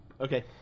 Okay